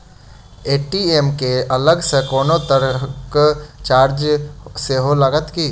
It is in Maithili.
ए.टी.एम केँ अलग सँ कोनो तरहक चार्ज सेहो लागत की?